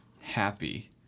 happy